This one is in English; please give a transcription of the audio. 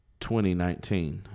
2019